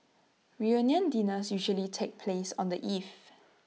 reunion dinners usually take place on the eve